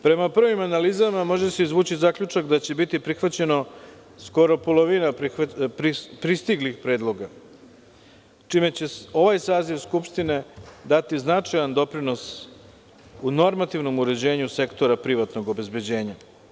Prema prvim analizama, može se izvući zaključak da će biti prihvaćeno skoro polovina pristiglih predloga, čime će ovaj saziv Skupštine dati značajan doprinos u normativnom uređenju sektora privatnog obezbeđenja.